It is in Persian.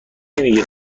نمیگی